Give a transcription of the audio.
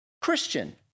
Christian